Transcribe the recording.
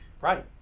Right